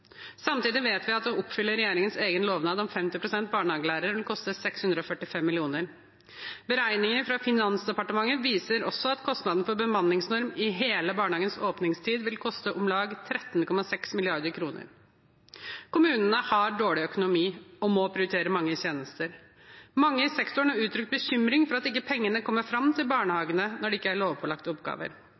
Samtidig vet vi at å oppfylle regjeringens egen lovnad om 50 pst. barnehagelærere vil koste 645 mill. kr. Beregninger fra Finansdepartementet viser også at kostnader til bemanningsnorm i hele barnehagens åpningstid vil utgjøre om lag 13,6 mrd. kr. Kommunene har dårlig økonomi og må prioritere mange tjenester. Mange i sektoren har uttrykt bekymring for at ikke pengene kommer fram til barnehagene når det ikke er lovpålagte oppgaver.